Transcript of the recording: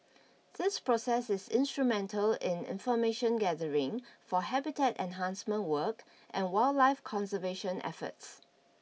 this process is instrumental in information gathering for habitat enhancement work and wildlife conservation efforts